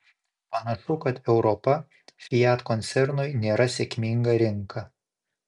panašu kad europa fiat koncernui nėra sėkminga rinka